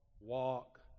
walk